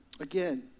Again